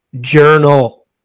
Journal